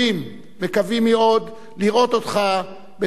לראות אותך בטרם יחלפו 50 שנה,